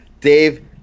Dave